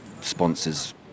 sponsors